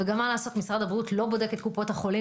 ומה לעשות משרד הבריאות לא בודק את קופות החולים